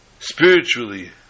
spiritually